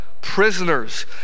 prisoners